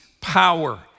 power